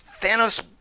Thanos